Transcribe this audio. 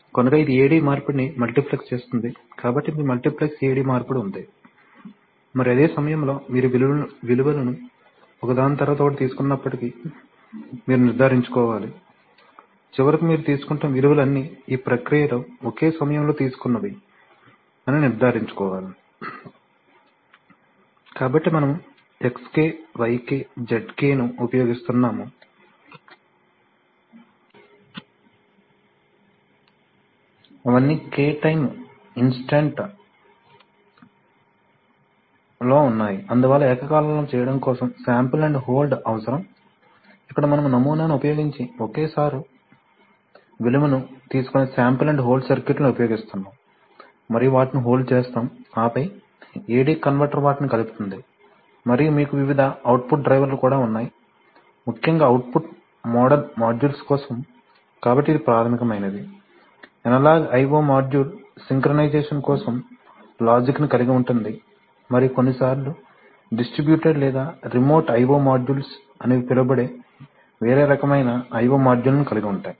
కనుక ఇది AD మార్పిడిని మల్టీప్లెక్స్ చేస్తుంది కాబట్టి మీకు మల్టీప్లెక్స్ AD మార్పిడి ఉంది మరియు అదే సమయంలో మీరు విలువలను ఒకదాని తరువాత ఒకటి తీసుకుంటున్నప్పటికీ మీరు నిర్ధారించుకోవాలి చివరికి మీరు తీసుకుంటున్న విలువలు అన్నీ ఈ ప్రక్రియలో ఒకే సమయంలో తీసుకున్నవి అని నిర్ధారించుకోవాలి కాబట్టి మనము XK YK ZK ను ఉపయోగిస్తున్నాము అవన్నీ K టైమ్ ఇన్స్టంట్ లో ఉన్నాయి అందువల్ల ఏకకాలంలో చేయడం కోసం శాంపిల్ అండ్ హోల్డ్ అవసరం ఇక్కడ మనము నమూనాను ఉపయోగించి ఒకేసారి విలువను తీసుకొనే శాంపిల్ అండ్ హోల్డ్ సర్క్యూట్లను ఉపయోగిస్తున్నాము మరియు వాటిని హోల్డ్ చేస్తాము ఆపై AD కన్వర్టర్ వాటిని కలుపుతుంది మరియు మీకు వివిధ అవుట్పుట్ డ్రైవర్లు కూడా ఉన్నాయి ముఖ్యంగా అవుట్పుట్ మోడల్ మాడ్యూల్స్ కోసం కాబట్టి ఇది ప్రాథమికమైనది analog i o module synchronization కోసం లాజిక్ ని కలిగి ఉంటుంది మరియు కొన్నిసార్లు డిస్ట్రిబ్యూటెడ్ లేదా రిమోట్ io మాడ్యూల్స్ అని పిలువబడే వేరే రకమైన io మాడ్యూళ్ళను కలిగి ఉంటాయి